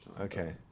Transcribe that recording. Okay